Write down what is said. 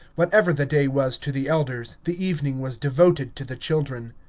whatever the day was to the elders, the evening was devoted to the children.